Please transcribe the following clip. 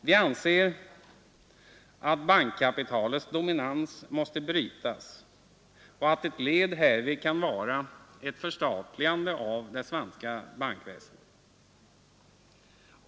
Vi anser att bankkapitalets dominans måste brytas och att ett led härvid kan vara ett förstatligande av det svenska bankväsendet.